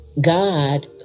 God